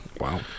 Wow